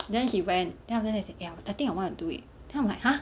then he went then after that he say eh I think I want to do it then I'm like !huh!